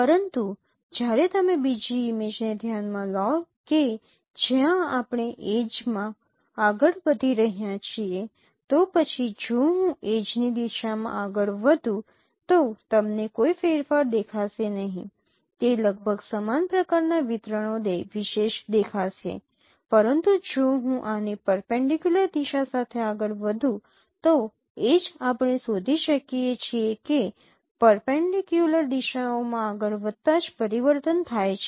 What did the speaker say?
પરંતુ જ્યારે તમે બીજી ઇમેજને ધ્યાનમાં લો કે જ્યાં આપણે એડ્જમાં આગળ વધી રહ્યા છીએ તો પછી જો હું એડ્જની દિશામાં આગળ વધું તો તમને કોઈ ફેરફાર દેખાશે નહીં તે લગભગ સમાન પ્રકારના વિતરણો વિશેષ દેખાશે પરંતુ જો હું આની પરપેન્ડિકયુલર દિશા સાથે આગળ વધું તો એડ્જ આપણે શોધી શકીએ છીએ કે પરપેન્ડિકયુલર દિશાઓમાં આગળ વધતા જ પરિવર્તન થાય છે